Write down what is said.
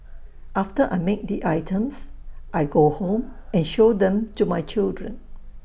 after I make the items I go home and show them to my children